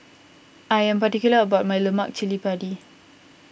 I am particular about my Lemak Cili Padi